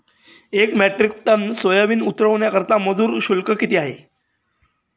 एक metric tonne soybean उतरवण्याकरता मजूर शुल्क किती आहे?